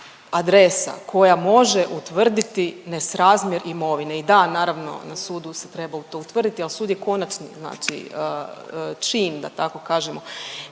koja može utvrditi nesrazmjer imovine i da naravno na sudu se treba to utvrditi, ali sud je konačni, znači čin da tako kažemo.